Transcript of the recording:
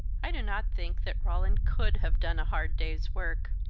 i do not think that roland could have done a hard day's work.